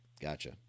gotcha